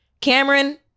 Cameron